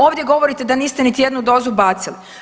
Ovdje govorite da niste niti jednu dozu bacili.